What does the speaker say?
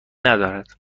ندارد